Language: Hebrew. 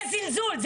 זה זלזול.